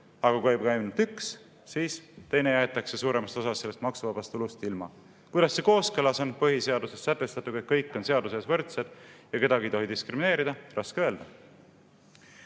aga kui käib ainult üks, siis teine jäetakse suuremas osas sellest maksuvabast tulust ilma. Kuidas on see kooskõlas põhiseaduses sätestatuga, et kõik on seaduse ees võrdsed ja kedagi ei tohi diskrimineerida? Raske öelda.